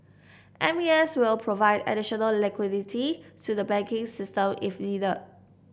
M A S will provide additional liquidity to the banking system if needed